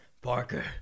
parker